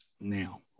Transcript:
now